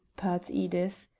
purred edith.